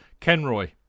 Kenroy